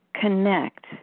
connect